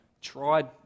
tried